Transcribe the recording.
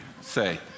say